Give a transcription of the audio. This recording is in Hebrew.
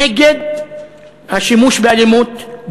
נגד השימוש באלימות,